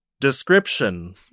description